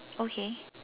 okay